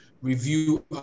review